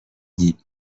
dit